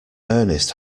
ernest